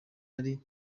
ari